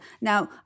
Now